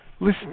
listen